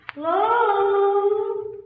Hello